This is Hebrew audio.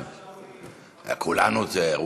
כולנו צאצאים.